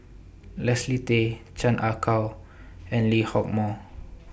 Leslie Tay Chan Ah Kow and Lee Hock Moh